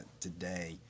today